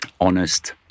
Honest